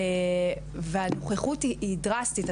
והנוכחות היא דרסטית.